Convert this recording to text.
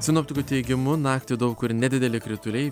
sinoptikų teigimu naktį daug kur nedideli krituliai